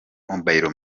mobile